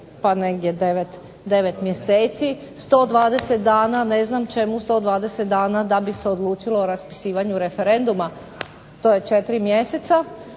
pa negdje 9 mjeseci, 120 dana, ne znam čemu 120 dana da bi se odlučilo o raspisivanju referenduma, to je 4 mjeseca,